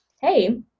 hey